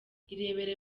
irebere